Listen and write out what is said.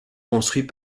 construits